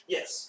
Yes